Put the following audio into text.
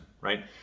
right